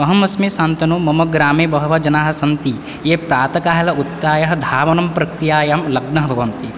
अहमस्मि शन्तनु मम ग्रामे बहवः जनाः सन्ति ये प्रातकाले उत्थाय धावनं प्रक्रियायां लग्नः भवन्ति